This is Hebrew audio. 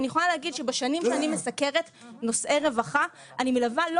אני יכולה להגיד שבשנים שאני מסקרת נושאי רווחה אני מלווה לא